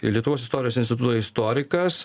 lietuvos istorijos instituto istorikas